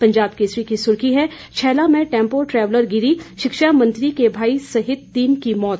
पंजाब केसरी की सुर्खी है छैला में टैंपो ट्रेवलर गिरी शिक्षा मंत्री के भाई सहित तीन की मौत